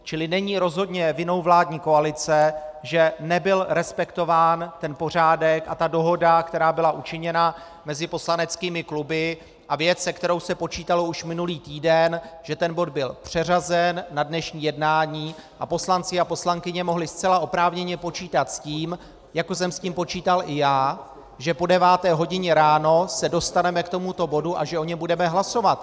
Čili není rozhodně vinou vládní koalice, že nebyl respektován ten pořádek a ta dohoda, která byla učiněna mezi poslaneckými kluby, a věc, se kterou se počítalo už minulý týden, že ten bod byl přeřazen na dnešní jednání a poslanci a poslankyně mohli zcela oprávněně počítat s tím, jako jsem s tím počítal i já, že po deváté hodině ráno se dostaneme k tomuto bodu a že o něm budeme hlasovat.